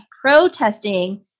protesting